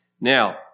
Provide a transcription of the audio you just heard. Now